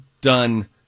done